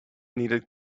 needed